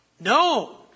No